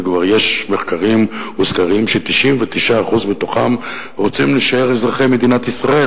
וכבר יש מחקרים וסקרים ש-99% מתוכם רוצים להישאר אזרחי מדינת ישראל,